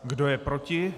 Kdo je proti?